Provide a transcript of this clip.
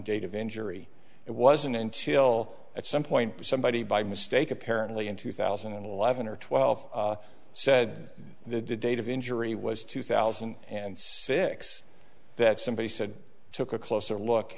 date of injury it wasn't until at some point somebody by mistake apparently in two thousand and eleven or twelve said the date of injury was two thousand and six that somebody said took a closer look